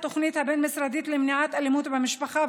התוכנית הבין-משרדית למניעת אלימות במשפחה,